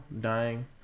dying